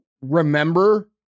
remember